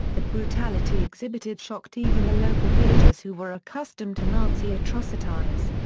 the brutality exhibited shocked even the local villagers who were accustomed to nazi atrocitires.